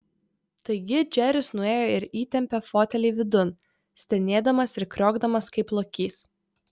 taigi džeris nuėjo ir įtempė fotelį vidun stenėdamas ir kriokdamas kaip lokys